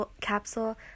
capsule